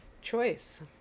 choice